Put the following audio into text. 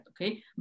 Okay